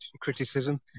criticism